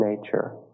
nature